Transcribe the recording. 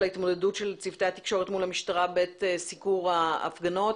ההתמודדות של צוותי התקשורת מול המשטרה בעת סיקור ההפגנות.